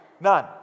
None